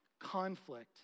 Conflict